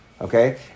okay